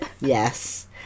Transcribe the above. Yes